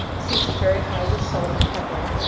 season very high with salt and pepper,